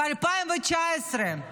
ב-2019,